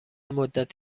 مدت